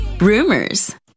rumors